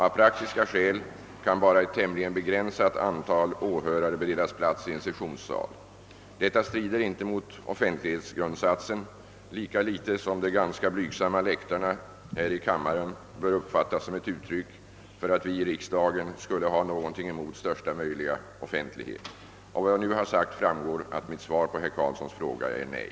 Av praktiska skäl kan bara ett tämligen begränsat antal åhörare beredas plats i en sessionssal. Detta strider inte mot offentlighetsgrundsatsen, lika litet som de ganska blygsamma läktarna i den här kammaren bör uppfattas som uttryck för att vi i riksdagen skulle ha någonting emot största möjliga offentlighet. Av vad jag nu har sagt framgår att mitt svar på herr Karlssons fråga är nej.